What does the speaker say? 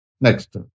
Next